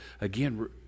again